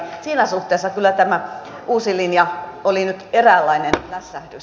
siinä suhteessa kyllä tämä uusi linja oli nyt eräänlainen lässähdys